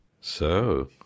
So